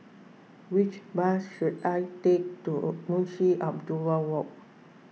which bus should I take to Munshi Abdullah Walk